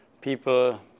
people